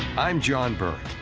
i'm john burke.